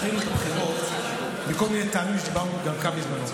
אם התמיכה שלנו כל כך חשובה לך, נסביר, נסביר.